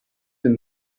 den